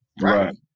right